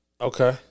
Okay